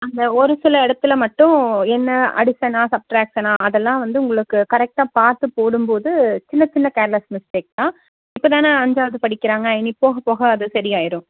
அந்த ஒரு சில இடத்துல மட்டும் என்ன அடிஷனா சப்ராக்ஷனா அதெல்லாம் வந்து உங்களுக்கு கரெக்டாக பார்த்து போடும்போது சின்ன சின்ன கேர்லெஸ் மிஸ்டேக்ஸ் தான் இப்போ தானே அஞ்சாவது படிக்கிறாங்க இனி போக போக அது சரியாகிடும்